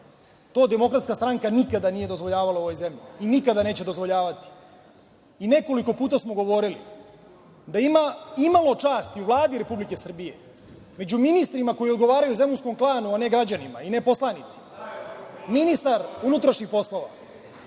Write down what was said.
psima“. To DS nikada nije dozvoljavala u ovoj zemlji i nikada neće dozvoljavati. Nekoliko puta smo govorili da ima imalo časti u Vladi Republike Srbije među ministrima koji odgovaraju zemunskom klanu, a ne građanima i ne poslanicima, ministar MUP-a bi zaista